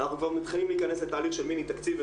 אנחנו כבר מתחילים להיכנס לתהליך של מיני תקציב.